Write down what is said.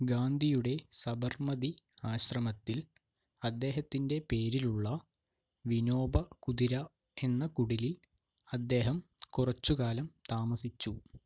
ഗാന്ധിയുടെ സബർമതി ആശ്രമത്തിൽ അദ്ദേഹത്തിൻ്റെ പേരിലുള്ള വിനോബ കുതിര എന്ന കുടിലിൽ അദ്ദേഹം കുറച്ചു കാലം താമസിച്ചു